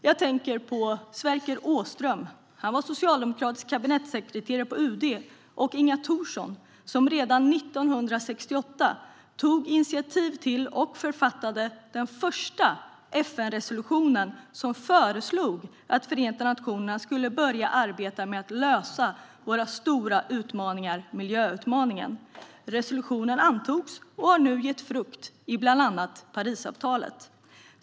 Jag tänker på Sverker Åström, socialdemokratisk kabinettssekreterare på UD, och Inga Thorsson, vilka redan 1968 tog initiativ till och författade den första FN-resolution som föreslog att Förenta nationerna skulle börja arbeta med att lösa en av våra stora utmaningar, miljöutmaningen. Resolutionen antogs och har nu burit frukt i form av bland annat Parisavtalet.